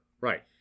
Right